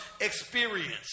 experience